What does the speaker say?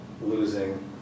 losing